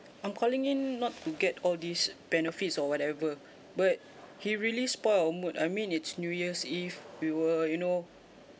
I'm calling in not to get all these benefits or whatever but he really spoil our mood I mean it's new year's eve we were you know